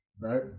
right